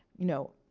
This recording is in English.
you know,